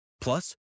Plus